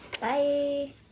Bye